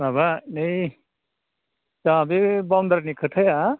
माबा नै जाहा बे बाउनदारिनि खोथाया